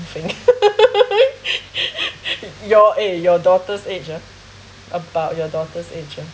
thing your eh your daughter's age ah about your daughter's age ah